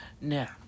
Now